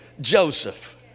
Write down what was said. Joseph